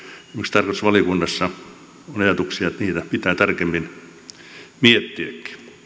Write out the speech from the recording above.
tarkastusvaliokunnassa on ajatuksia että niitä pitää tarkemmin miettiäkin